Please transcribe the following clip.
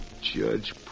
Judge